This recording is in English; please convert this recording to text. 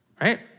right